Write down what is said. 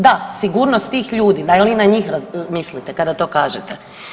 Da sigurnost tih ljudi, da li na njih mislite kada to kažete?